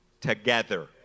together